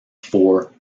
four